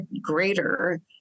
greater